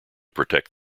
protect